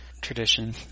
tradition